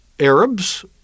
Arabs